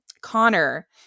Connor